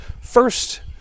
First